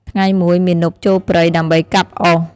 ថ្ងៃមួយ មាណពចូលព្រៃដើម្បីកាប់អុស។